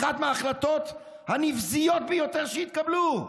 מההחלטות הנבזיות ביותר שהתקבלו.